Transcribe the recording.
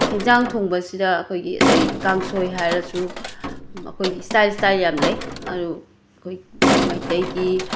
ꯍꯦꯟꯖꯥꯡ ꯊꯣꯡꯕꯁꯤꯗ ꯑꯩꯈꯣꯏꯒꯤ ꯑꯇꯩ ꯀꯥꯡꯁꯣꯏ ꯍꯥꯏꯔꯁꯨ ꯃꯈꯣꯏꯒꯤ ꯁ꯭ꯇꯥꯏꯜ ꯁ꯭ꯇꯥꯏꯜ ꯌꯥꯝ ꯂꯩ ꯑꯗꯨ ꯑꯩꯈꯣꯏꯒꯤ ꯃꯩꯇꯩꯒꯤ